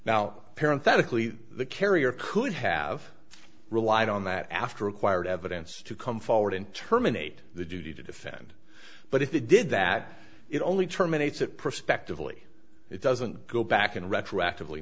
now apparent that of the carrier could have relied on that after required evidence to come forward and terminate the duty to defend but if he did that it only terminates it prospectively it doesn't go back and retroactive